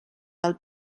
del